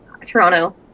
Toronto